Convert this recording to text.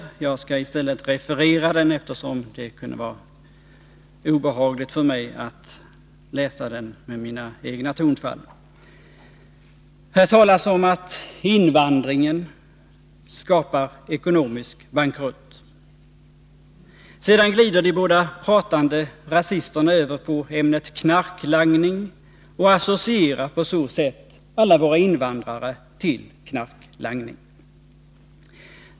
Jag skall i stället referera programmet. Där talas om att invandringen skapar ekonomisk bankrutt. Sedan glider de båda pratande rasisterna över på ämnet knarklangning och associerar på så sätt alla våra invandrare med knarklangning.